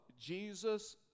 Jesus